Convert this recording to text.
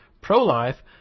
pro-life